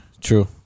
True